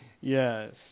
Yes